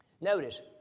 Notice